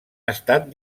estat